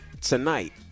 Tonight